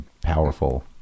powerful